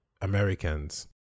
Americans